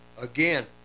Again